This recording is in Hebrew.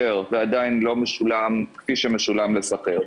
ועדיין לא משולם כפי שמשולם לשכיר.